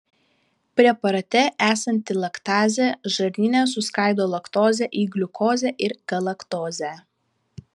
preparate esanti laktazė žarnyne suskaido laktozę į gliukozę ir galaktozę